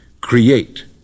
create